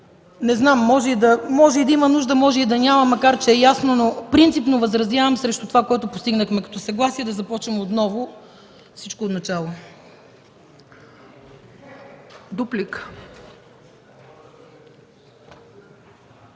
Бисеров, може и да има нужда, може и да няма, макар че е ясно, но принципно възразявам срещу това, което постигнахме като съгласие да започнем всичко отначало.